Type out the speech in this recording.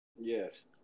Yes